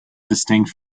distinct